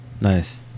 nice